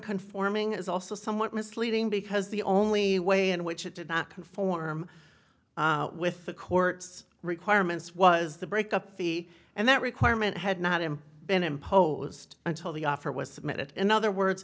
conforming is also somewhat misleading because the only way in which it did not conform with the court's requirements was the break up fee and that requirement had not in been imposed until the offer was submitted in other words